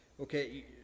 okay